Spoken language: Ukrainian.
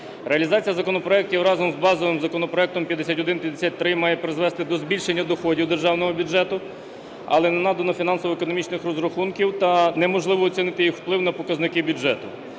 Реалізація законопроектів разом з базовим законопроектом 5153 має призвести до збільшення доходів державного бюджету, але не надано фінансово-економічних розрахунків та неможливо оцінити їх вплив на показники бюджету.